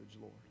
Lord